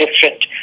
different